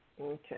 Okay